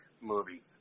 movie